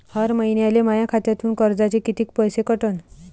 हर महिन्याले माह्या खात्यातून कर्जाचे कितीक पैसे कटन?